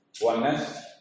oneness